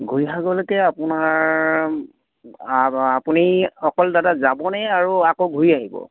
গৌৰীসাগৰলৈকে আপোনাৰ আপুনি অকল দাদা যাবনে আকৌ ঘূৰি আহিব